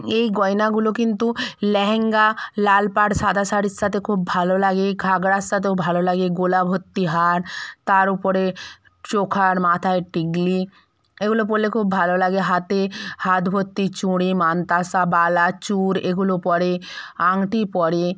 এই গয়নাগুলো কিন্তু ল্যাহেঙ্গা লাল পাড় সাদা শাড়ির সাথে খুব ভালো লাগে ঘাগরার সাথেও ভালো লাগে গলা ভর্তি হার তার উপরে চোখার মাথায় টিকলি এগুলো পরলে খুব ভালো লাগে হাতে হাত ভর্তি চুঁড়ি মান্তাসা বালা চুড় এগুলো পরে আংটি পরে